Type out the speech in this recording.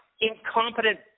incompetent